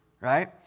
right